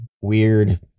weird